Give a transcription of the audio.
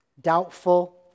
doubtful